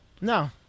No